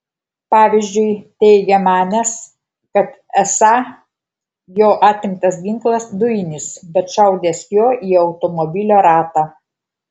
pavyzdžiui teigia manęs kad esą jo atimtas ginklas dujinis bet šaudęs juo į automobilio ratą